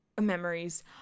memories